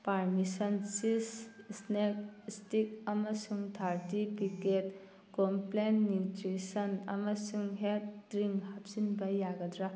permission cheese snack stick ꯑꯃꯁꯨꯡ thirty packet Complan nutrition ꯑꯃꯁꯨꯡ health drink ꯍꯥꯞꯆꯤꯟꯕ ꯌꯥꯒꯗ꯭ꯔꯥ